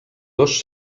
dos